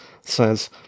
says